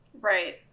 Right